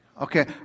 Okay